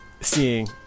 seeing